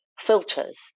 filters